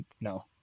no